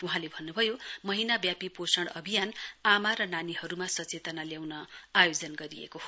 वहाँले भन्नुभयो महीनाव्यापी पोषण अभियान आमा र नानीहरुमा सचेतना ल्याउन आयोजन गरिएको हो